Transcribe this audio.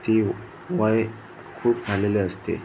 ती वय खूप झालेली असते